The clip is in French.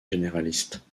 généralistes